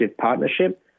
partnership